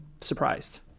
surprised